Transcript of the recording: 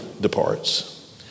departs